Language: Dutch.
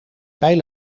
pijl